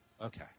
Okay